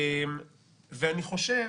אני חושב